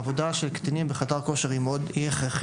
העבודה של קטינים בחדר כושר היא הכרחית.